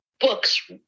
books